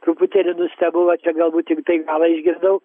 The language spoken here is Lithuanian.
truputėlį nustebau va čia galbūt tiktai galą išgirdau